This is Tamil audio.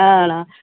ஆ ண்ணா